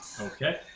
Okay